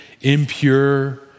impure